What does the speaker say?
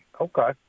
Okay